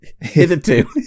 Hitherto